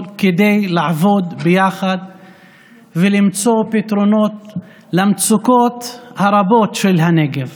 כדי לעבוד ביחד ולמצוא פתרונות למצוקות הרבות של הנגב.